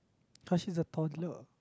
cause she is a toddler